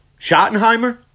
Schottenheimer